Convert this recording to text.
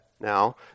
now